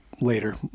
later